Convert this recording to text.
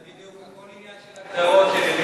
זה בדיוק, הכול עניין של הגדרות.